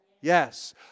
Yes